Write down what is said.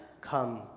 Come